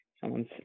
someone's